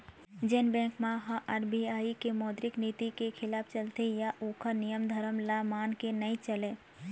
जेन बेंक मन ह आर.बी.आई के मौद्रिक नीति के खिलाफ चलथे या ओखर नियम धरम ल मान के नइ चलय